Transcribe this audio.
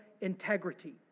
integrity